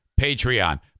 Patreon